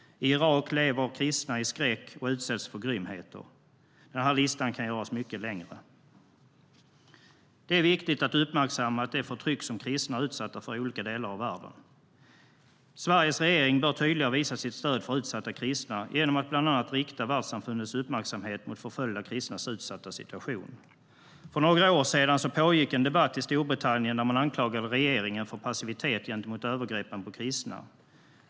I Irak lever kristna i skräck och utsätts för grymheter. Listan kan göras mycket längre. Det är viktigt att uppmärksamma det förtryck som kristna är utsatta för i olika delar av världen. Sveriges regering bör tydligare visa sitt stöd för utsatta kristna genom att bland annat rikta världssamfundets uppmärksamhet mot förföljda kristnas utsatta situation. För några år sedan pågick en debatt i Storbritannien där man anklagade regeringen för passivitet gentemot övergreppen på kristna.